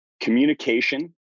Communication